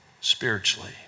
spiritually